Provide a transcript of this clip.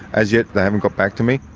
as yet, they haven't got back to me.